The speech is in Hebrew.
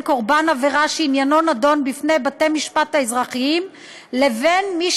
קורבן עבירה שעניינו נדון בפני בתי משפט אזרחיים לבין מי